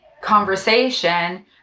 conversation